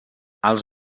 els